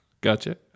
gotcha